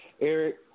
Eric